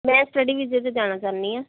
ਮੈਂ ਸਟੱਡੀ ਵੀਜ਼ੇ 'ਤੇ ਜਾਣਾ ਚਾਹੁੰਦੀ ਹਾਂ